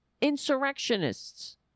insurrectionists